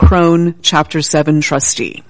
crone chapter seven trustee